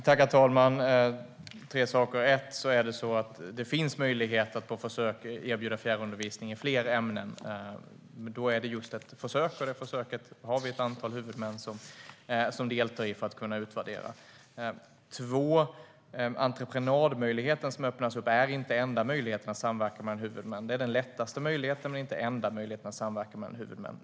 Herr talman! Låt mig säga tre saker. För det första finns det möjlighet att på försök erbjuda fjärrundervisning i fler ämnen. Då är det just ett försök. Vi har ett antal huvudmän som deltar i sådana försök för att kunna utvärdera det. För det andra är entreprenadmöjligheten inte den enda möjligheten att samverka mellan huvudmän. Det är den lättaste möjligheten men inte den enda.